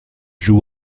joue